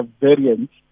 variants